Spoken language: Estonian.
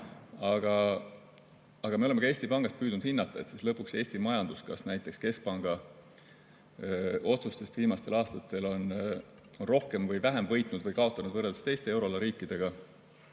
Aga me oleme ka Eesti Pangas püüdnud hinnata Eesti majandust, et kas me keskpanga otsustest viimastel aastatel oleme rohkem või vähem võitnud või kaotanud, võrreldes teiste euroala riikidega.